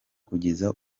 kugeza